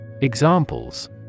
Examples